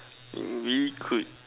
you really could